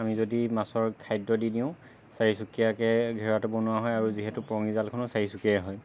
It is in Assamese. আমি যদি মাছৰ খাদ্য দি দিওঁ চাৰি চুকীয়াকৈ ঘেড়াটো বনোৱা হয় আৰু যিহেতু পৰঙি জালখনো চাৰিচুকীয়াই হয়